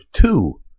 two